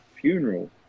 funeral